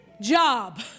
job